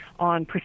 On